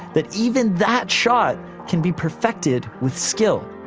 that even that shot can be perfected with skill.